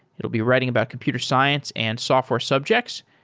it will be writing about computer science and software subjects,